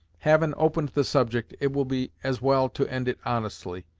havin' opened the subject, it will be as well to end it honestly.